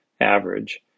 average